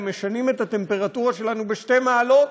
אם משנים את הטמפרטורה שלנו בשתי מעלות,